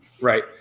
right